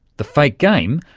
the fake game,